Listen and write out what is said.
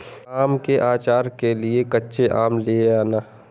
आम के आचार के लिए कच्चे आम ले आना